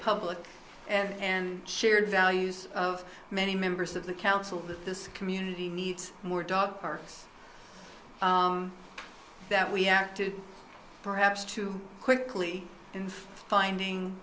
public and shared values of many members of the council that this community needs more dog parks that we acted perhaps too quickly in finding